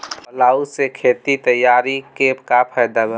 Plough से खेत तैयारी के का फायदा बा?